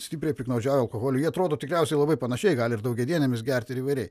stipriai piktnaudžiauja alkoholiu jie atrodo tikriausiai labai panašiai gali ir daugiadienėmis gerti ir įvairiai